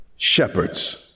shepherds